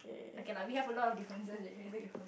okay lah we have a lot differences you really need to hold it